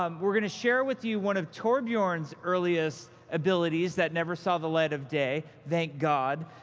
um we're going to share with you one of torbjorn's earliest abilities that never saw the light of day, thank god,